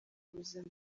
buzima